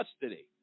custody